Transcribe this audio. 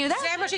אני יודעת.